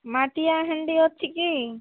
ମାଟିଆ ହାଣ୍ଡି ଅଛି କି